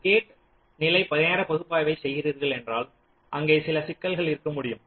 ஒரு கேட் நிலை நேரப்பகுப்பாய்வை செய்கிறீர்கள் என்றால் அங்கே சில சிக்கல்கள் இருக்கமுடியும்